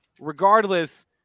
Regardless